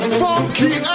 funky